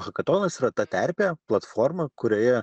hakatonas yra ta terpė platforma kurioje